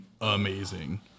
amazing